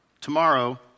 tomorrow